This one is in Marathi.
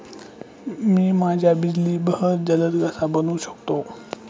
मी माझ्या बिजली बहर जलद कसा बनवू शकतो?